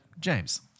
james